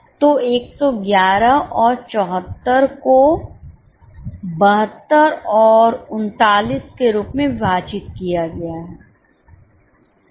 तो 111 और 74 को 72 और 39 के रूप में विभाजित किया गया है